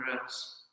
else